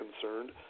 concerned